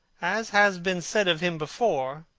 as has been said of him before,